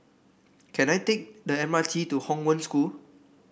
can I take the M R T to Hong Wen School